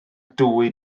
dwy